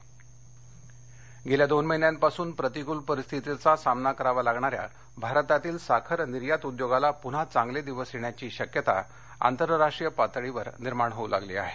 साखर गेल्या दोन महिन्यांपासून प्रतिकूल परिस्थितीचा सामना कराव्या लागणाऱ्या भारतातील साखर निर्यात उद्योगाला पुन्हा चांगले दिवस येण्याची शक्यता आंतरराष्ट्रीय पातळीवर निर्माण होऊ लागली आहे